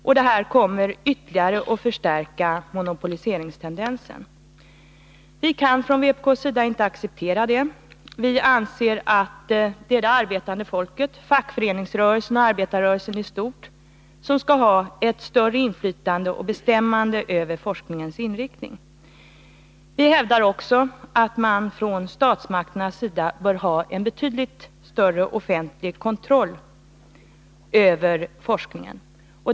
Förslaget kommer att ytterligare förstärka monopoli Nr 52 seringstendensen. Tisdagen den Vi kan från vpk:s sida inte acceptera det. Vi anser att det arbetande folket, 15 december 1981 fackföreningsrörelsen och arbetarrörelsen i stort, skall ha ett större inflytande och bestämmande över forskningens inriktning. Vi hävdar också = Särskilt forskatt statsmakterna bör ha en betydligt större offentlig kontroll över ningsavdrag forskningen.